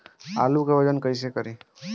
आलू के वजन कैसे करी?